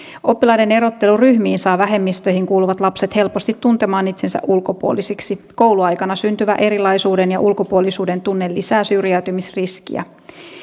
oppilaiden erottelu ryhmiin saa vähemmistöihin kuuluvat lapset helposti tuntemaan itsensä ulkopuolisiksi kouluaikana syntyvä erilaisuuden ja ulkopuolisuuden tunne lisää syrjäytymisriskiä